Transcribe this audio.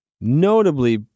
notably